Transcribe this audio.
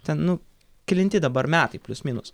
ten nu kelinti dabar metai plius minus